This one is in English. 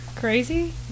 Crazy